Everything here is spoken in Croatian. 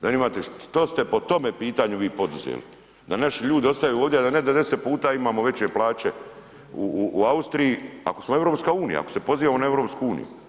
Zanima me što ste po tome pitanju vi poduzeli, da naši ljudi ostaju ovdje, a ne da … puta imamo veće plaće u Austriji, ako smo EU, ako se pozivamo na EU.